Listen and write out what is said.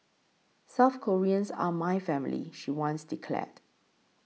South Koreans are my family she once declared